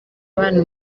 abana